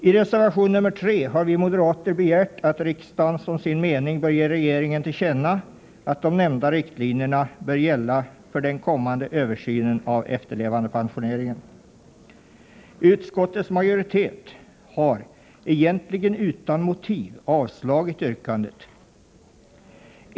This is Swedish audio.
I reservation nr 3 har vi moderater begärt att riksdagen som sin mening bör ge regeringen till känna att de nämnda riktlinjerna bör gälla för den kommande översynen av efterlevandepensioneringen. Utskottets majoritet har — egentligen utan motivering — avstyrkt detta yrkande.